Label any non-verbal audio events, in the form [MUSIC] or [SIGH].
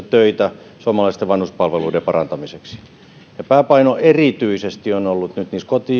[UNINTELLIGIBLE] töitä suomalaisten vanhuspalveluiden parantamiseksi ja pääpaino erityisesti on ollut nyt